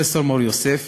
פרופסור מור-יוסף,